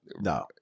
No